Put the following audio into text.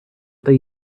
they